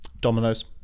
Dominoes